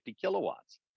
kilowatts